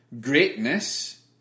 Greatness